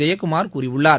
ஜெயக்குமார் கூறியுள்ளார்